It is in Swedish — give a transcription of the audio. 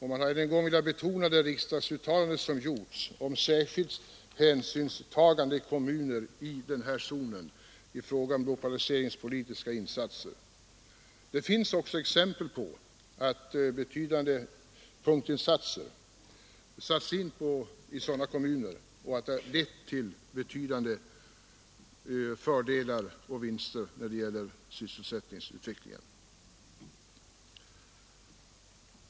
Man har än en gång velat understryka riksdagens uttalande om särskilt hänsynstagande till kommuner i denna zon i fråga om lokaliseringspolitiska insatser. Det finns också exempel på att punktinsatser i sådana kommuner har lett till betydande fördelar och vinster när det gäller sysselsättningsutvecklingen.